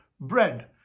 bread